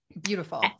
beautiful